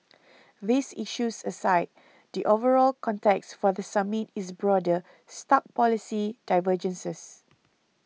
these issues aside the overall context for the summit is broader stark policy divergences